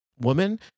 woman